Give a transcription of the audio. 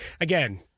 again